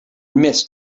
missed